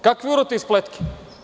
Kakve urote i spletke.